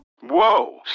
Whoa